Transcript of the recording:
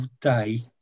day